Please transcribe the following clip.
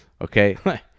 Okay